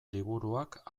liburuak